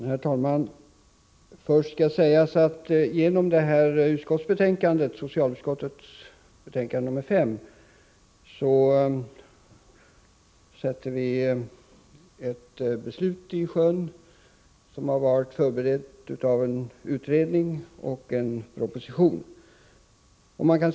Herr talman! Först skall sägas att genom socialutskottets betänkande nr 5 sätter vi i sjön ett beslut som har förberetts i en utredning och i en proposition.